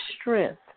strength